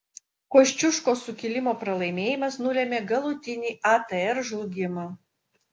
kosciuškos sukilimo pralaimėjimas nulėmė galutinį atr žlugimą